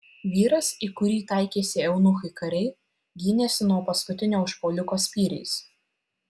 vyras į kurį taikėsi eunuchai kariai gynėsi nuo paskutinio užpuoliko spyriais